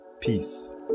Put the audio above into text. Peace